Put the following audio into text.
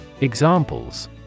Examples